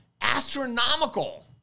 astronomical